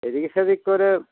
এডুকেশনের দিক করে